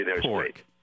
pork